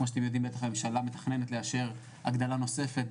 כמו שאתם יודעים הממשלה מתכננת לאשר הגדלה נוספת,